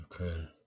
Okay